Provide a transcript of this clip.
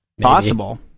Possible